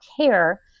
care